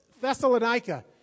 Thessalonica